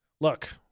Look